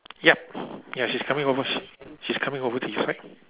yup ya she's coming over sh~ she's coming over to this side